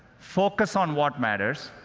focus on what matters,